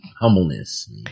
humbleness